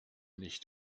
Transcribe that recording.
nicht